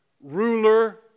ruler